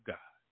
God